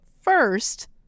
first